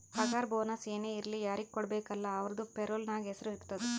ಪಗಾರ ಬೋನಸ್ ಏನೇ ಇರ್ಲಿ ಯಾರಿಗ ಕೊಡ್ಬೇಕ ಅಲ್ಲಾ ಅವ್ರದು ಪೇರೋಲ್ ನಾಗ್ ಹೆಸುರ್ ಇರ್ತುದ್